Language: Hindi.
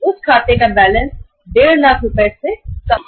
इस खाते का बैलेंस 15 लाख रुपए कम हो जाएगा